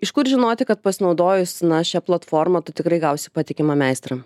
iš kur žinoti kad pasinaudojus na šia platforma tu tikrai gausi patikimą meistrą